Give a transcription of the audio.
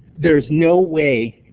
there's no way